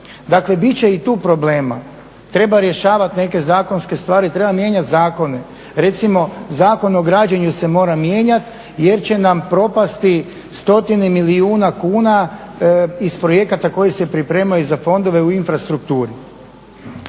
Dakle, bit će i tu problema, treba rješavati neke zakonske stvari, treba mijenjati zakone. Recimo, Zakon o građenju se mora mijenjati jer će nam propasti stotine milijuna kuna iz projekata koji se pripremaju za fondove u infrastrukturi.